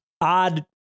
odd